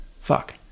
fuck